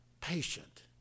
patient